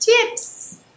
Chips